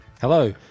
Hello